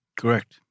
Correct